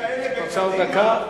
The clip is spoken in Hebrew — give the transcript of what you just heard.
רוצה עוד דקה,